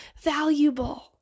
valuable